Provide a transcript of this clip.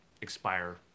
expire